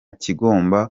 kigomba